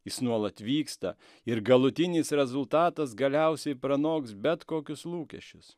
jis nuolat vyksta ir galutinis rezultatas galiausiai pranoks bet kokius lūkesčius